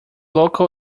local